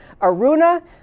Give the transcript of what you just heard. Aruna